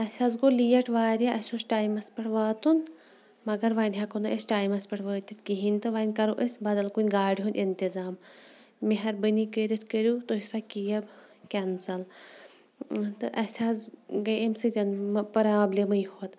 اَسہِ حظ گوٚو لیٹ واریاہ اَسہِ اوس ٹایمَس پٮ۪ٹھ واتُن مگر وۄنۍ ہٮ۪کو نہٕ أسۍ ٹایمَس پٮ۪ٹھ وٲتِتھ کِہیٖنۍ تہٕ وۄنۍ کَرو أسۍ بَدَل کُنہِ گاڑِ ہُنٛد انتظام مہربٲنی کٔرِتھ کٔرِو تُہۍ سۄ کیب کٮ۪نسَل تہٕ اَسہِ حظ گٔے امہِ سۭتۍ پرٛابلِمٕے ہوت